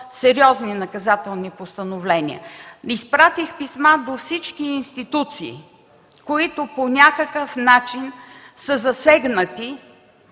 сериозни наказателни постановления. Изпратих писма до всички институции, които по някакъв начин са засегнати